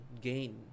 gain